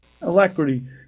alacrity